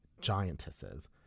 giantesses